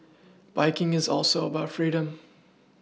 biking is also about freedom